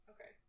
okay